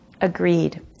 agreed